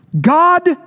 God